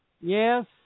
Yes